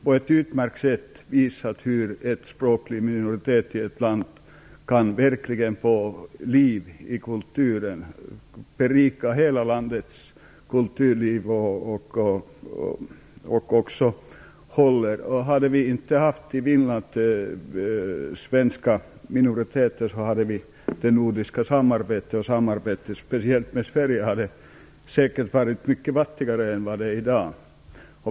På ett utmärkt sätt har de visat hur en språklig minoritet i ett land verkligen kan berika hela landets kulturliv. Om vi inte hade haft en svensk minoritet i Finland hade det nordiska samarbetet - särskilt samarbetet med Sverige - säkert varit mycket fattigare än vad det är i dag.